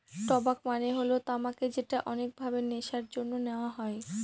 টবাক মানে হল তামাক যেটা অনেক ভাবে নেশার জন্যে নেওয়া হয়